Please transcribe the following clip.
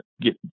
get